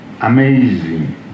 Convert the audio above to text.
amazing